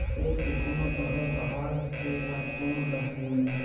देस के कोनो डहर पहाड़ हे त कोनो डहर जंगल